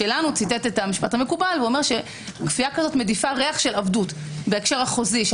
ציטט את המשפט המקובל ואמר שכפייה כזו מדיפה ריח של עבדות בהקשר החוזי.